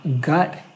gut